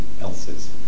else's